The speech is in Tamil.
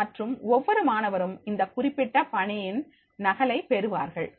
மற்றும் ஒவ்வொரு மாணவரும் இந்த குறிப்பிட்ட பணியின் நகலை பெறுவார்கள்